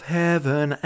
heaven